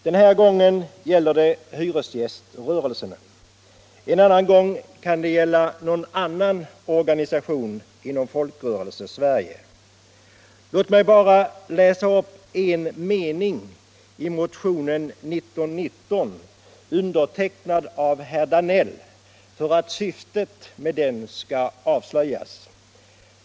Den här gången gäller det hyresgäströrelsen, en annan gång kan det gälla någon annan organisation inom Folkrörelsesverige. Låt mig bara läsa upp en mening i motionen 1919, undertecknad av herr Danell, för att syftet med den motionen skall avslöjas.